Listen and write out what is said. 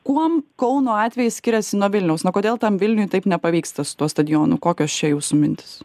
kuom kauno atvejis skiriasi nuo vilniaus na kodėl tam vilniui taip nepavyksta su tuo stadionu kokios čia jūsų mintys